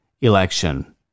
election